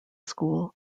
school